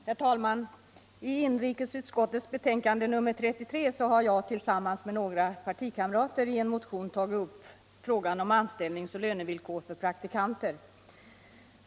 Herr talman! I inrikesutskottets betänkande nr 33 behandlas en motion, där jag tillsammans med några partikamrater tagit upp frågan om anställnings och lönevillkor för praktikanter.